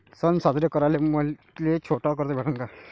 सन साजरे कराले मले छोट कर्ज भेटन का?